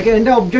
and